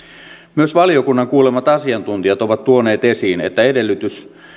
myös valiokunnan kuulemat asiantuntijat ovat tuoneet esiin että edellytys